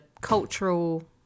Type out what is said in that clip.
cultural